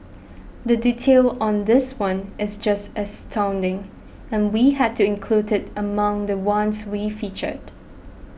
the detail on this one is just astounding and we had to include it among the ones we featured